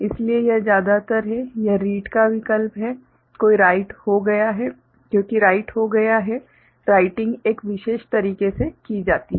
इसलिए यह ज्यादातर है यह रीड का विकल्प है क्योंकि राइट हो गया है राइटिंग एक विशेष तरीके से की जाती है